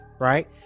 right